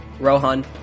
Rohan